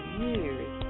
years